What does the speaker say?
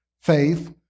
faith